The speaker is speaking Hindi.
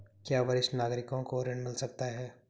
क्या वरिष्ठ नागरिकों को ऋण मिल सकता है?